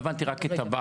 לא הבנתי את הבעיה.